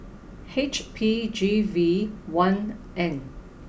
H P G V one N